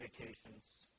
vacations